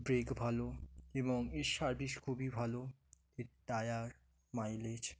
break ভালো এবং এর সার্ভিস খুবই ভালো এর টায়ার মাইলেজ